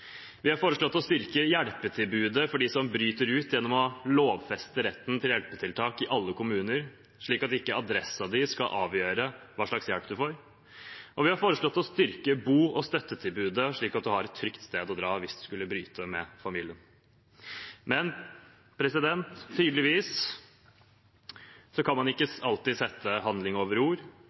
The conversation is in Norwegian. Vi har foreslått å styrke hjelpetilbudet for dem som bryter ut, gjennom å lovfeste retten til hjelpetiltak i alle kommuner, slik at ikke adressen din skal avgjøre hva slags hjelp du får. Vi har foreslått å styrke bo- og støttetilbudet, slik at man har et trygt sted å dra hvis man skulle bryte med familien. Men man kan tydeligvis ikke alltid sette handling over ord.